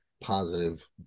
positive